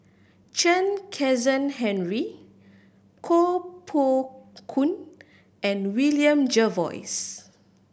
Chen Kezhan Henri Koh Poh Koon and William Jervois